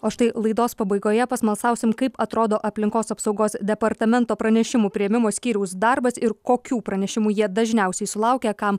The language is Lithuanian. o štai laidos pabaigoje pasmalsausim kaip atrodo aplinkos apsaugos departamento pranešimų priėmimo skyriaus darbas ir kokių pranešimų jie dažniausiai sulaukia kam